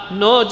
no